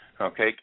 Okay